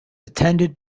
attended